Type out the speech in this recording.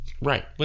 Right